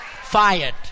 Fired